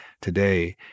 today